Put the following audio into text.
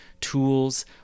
tools